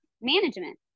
Management